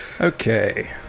Okay